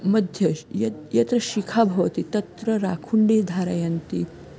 मध्ये यत् यत्र शिखा भवति तत्र राखुण्डी धारयन्ति